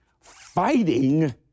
fighting